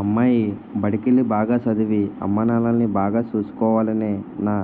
అమ్మాయి బడికెల్లి, బాగా సదవి, అమ్మానాన్నల్ని బాగా సూసుకోవాలనే నా